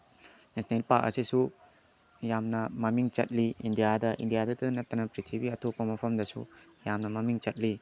national ꯄꯥꯛ ꯑꯁꯤꯁꯨ ꯌꯥꯝꯅ ꯃꯃꯤꯡ ꯆꯠꯂꯤ ꯏꯟꯗꯤꯌꯥꯗ ꯏꯟꯗꯤꯌꯥꯗ ꯅꯠꯇꯅ ꯄ꯭ꯔꯤꯊꯤꯕꯤ ꯑꯇꯣꯞꯄ ꯃꯐꯝꯗꯁꯨ ꯌꯥꯝꯅ ꯃꯃꯤꯡ ꯆꯠꯂꯤ